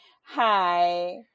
hi